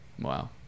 Wow